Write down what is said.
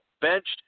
benched